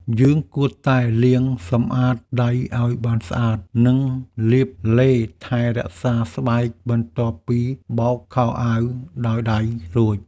យើងគួរតែលាងសម្អាតដៃឱ្យបានស្អាត និងលាបឡេថែរក្សាស្បែកបន្ទាប់ពីបោកខោអាវដោយដៃរួច។